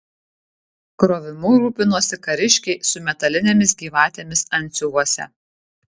krovimu rūpinosi kariškiai su metalinėmis gyvatėmis antsiuvuose